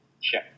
Sure